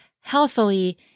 healthily